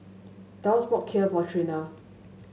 Dulce bought Kheer for Trena